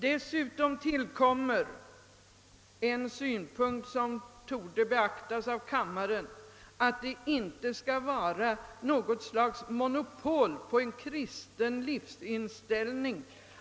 Dessutom tillkommer — detta är en synpunkt som borde beaktas av kammaren — att de som hör till den kristna gruppen inte har något monopol på en kristen livsinställning.